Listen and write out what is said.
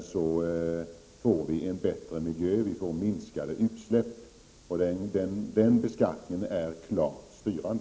Därmed får vi en bättre miljö och mindre utsläpp. Den beskattningen är klart styrande.